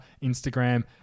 Instagram